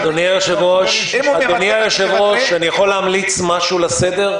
אדוני היושב-ראש, אני יכול להמליץ משהו לסדר?